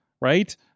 Right